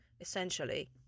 essentially